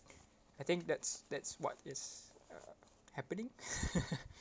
I think that's that's what is uh happening